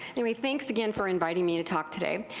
anyway, thanks again for inviting me to talk today.